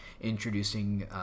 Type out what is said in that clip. introducing